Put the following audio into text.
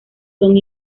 son